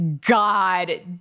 God